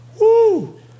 Woo